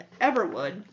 Everwood